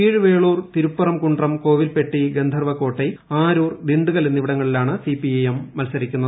കീഴ് ക വേളൂർ തിരുപ്പറംകുൺട്രം കോവിൽപ്പെട്ടി ഗന്ധർവ്വകോട്ടൈ ആരൂർ ദിണ്ടുഗൽ എന്നിവിടങ്ങളിലാണ് സിപിഐഎം മത്സരിക്കുന്നത്